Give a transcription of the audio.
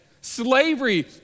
Slavery